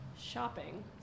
shopping